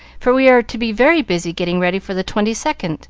for we are to be very busy getting ready for the twenty-second.